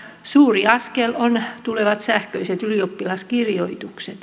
suuri askel on tulevat sähköiset ylioppilaskirjoitukset